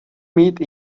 mít